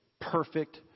perfect